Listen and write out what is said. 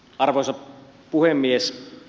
arvoisa puhemies